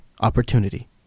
opportunity